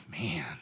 man